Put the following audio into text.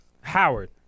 Howard